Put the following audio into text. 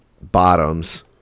bottoms